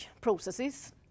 processes